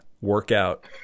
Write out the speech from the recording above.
workout